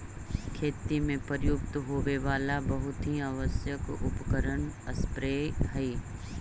खेती में प्रयुक्त होवे वाला बहुत ही आवश्यक उपकरण स्प्रेयर हई